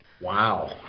Wow